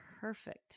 perfect